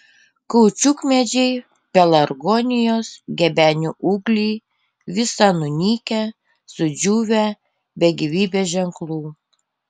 kaučiukmedžiai pelargonijos gebenių ūgliai visa nunykę sudžiūvę be gyvybės ženklų